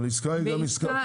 אבל עסקה היא כל עסקה.